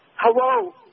Hello